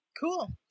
Cool